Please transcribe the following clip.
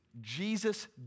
Jesus